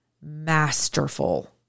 masterful